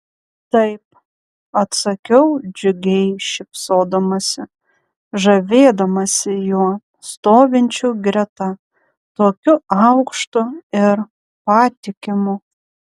taip atsakiau džiugiai šypsodamasi žavėdamasi juo stovinčiu greta tokiu aukštu ir patikimu